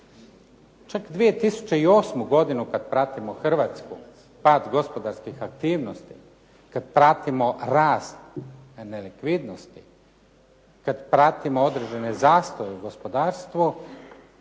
Čak 2008. godinu kada pratimo Hrvatsku, pad gospodarskih aktivnosti, kada pratimo rast nelikvidnosti, kada pratimo određeni zastoj u gospodarstvu